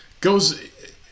goes